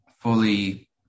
fully